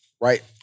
right